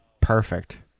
perfect